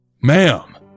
Ma'am